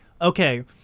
okay